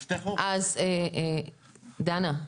דנה,